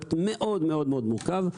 פרויקט מאוד מאוד מאוד מורכב.